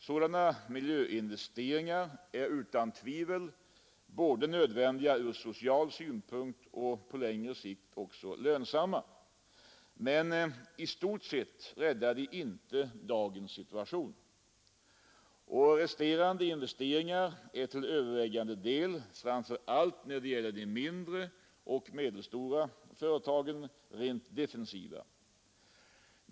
Sådana miljöinvesteringar är utan tvivel både nödvändiga ur social synpunkt och på längre sikt lönsamma, men i stort sett räddar de inte dagens situation. Och resterande investeringar är till övervägande del — framför allt när det gäller de mindre och medelstora företagen — rent defensiva.